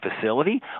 facility